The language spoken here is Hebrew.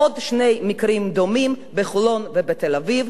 עוד שני מקרים דומים בחולון ובתל-אביב.